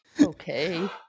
Okay